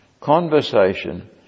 conversation